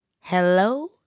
Hello